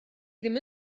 ddim